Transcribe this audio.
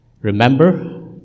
remember